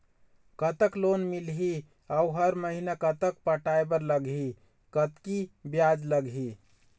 कतक लोन मिलही अऊ हर महीना कतक पटाए बर लगही, कतकी ब्याज लगही?